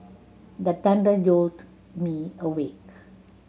the thunder jolt me awake